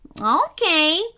Okay